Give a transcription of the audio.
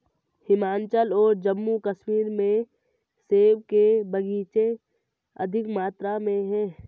हिमाचल और जम्मू कश्मीर में सेब के बगीचे अधिक मात्रा में है